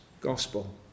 gospel